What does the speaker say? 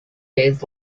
days